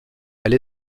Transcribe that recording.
elle